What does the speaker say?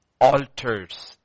altars